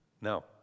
No